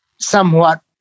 Somewhat